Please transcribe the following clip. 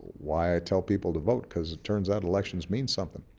why i tell people to vote because it turns out elections mean something.